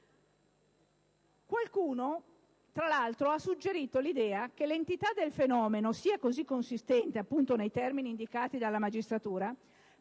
Qualcuno, tra l'altro, ha suggerito l'idea che l'entità del fenomeno sia così consistente, nei termini indicati dalla magistratura,